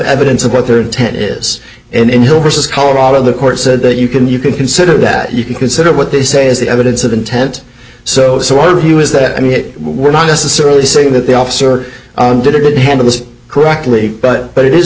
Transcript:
evidence about their intent is in hill versus colorado the court said that you can you can consider that you can consider what they say is the evidence of intent so so our view is that i mean it we're not necessarily saying that the officer did a good handle this correctly but but it is